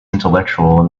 intellectual